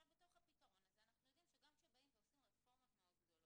אנחנו יודעים שגם כשעושים רפורמות מאוד גדולות,